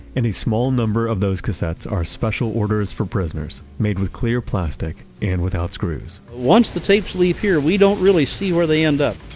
and a small number of those cassettes are special orders for prisoners made with clear plastic and without screws once the tapes leave here, we don't really see where they end up